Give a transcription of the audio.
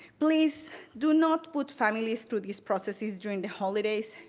please do not put families through these processes during the holidays.